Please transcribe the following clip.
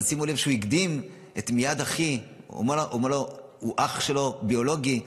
אבל שימו לב שהוא הקדים את "מיד אחי" הוא אומר לו: הוא אח ביולוגי שלו,